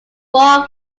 four